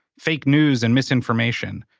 fake news and misinformation,